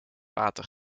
water